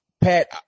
Pat